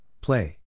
play